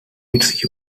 its